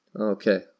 Okay